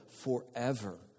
forever